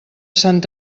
sant